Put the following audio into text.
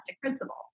principle